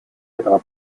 этого